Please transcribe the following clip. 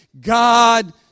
God